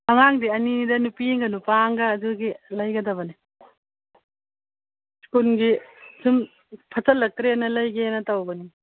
ꯑꯉꯥꯡꯗꯤ ꯑꯅꯤꯅꯤꯗ ꯅꯨꯄꯤ ꯑꯃꯒ ꯅꯨꯄꯥ ꯑꯃꯒ ꯑꯗꯨꯒꯤ ꯂꯩꯒꯗꯕꯅꯤ ꯁ꯭ꯀꯨꯜꯒꯤ ꯁꯨꯝ ꯐꯠꯆꯜꯂꯛꯇ꯭ꯔꯦꯅ ꯂꯩꯒꯦꯅ ꯇꯧꯕꯅꯤ